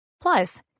Plus